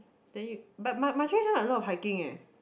then you but but Marjorie done a lot of hiking eh